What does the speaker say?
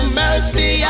mercy